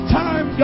time